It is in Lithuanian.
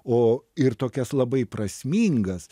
o ir tokias labai prasmingas